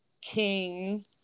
King